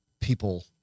people